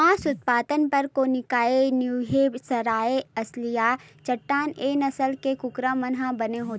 मांस उत्पादन बर कोरनिलए न्यूहेपसायर, असीलए चटगाँव ए नसल के कुकरा मन ह बने होथे